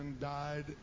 died